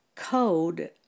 code